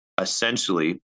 Essentially